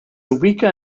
ubica